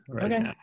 Okay